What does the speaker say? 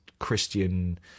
christian